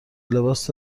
لباس